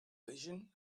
vision